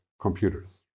computers